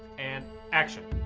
and action.